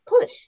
push